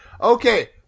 Okay